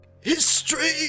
History